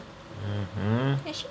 mmhmm